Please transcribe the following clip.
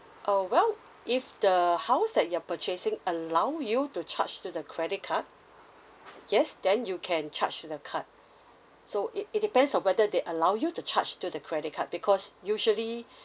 uh well if the house that you're purchasing allow you to charge to the credit card yes then you can charge to the card so it it depends on whether they allow you to charge to the credit card because usually